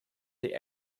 the